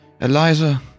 Eliza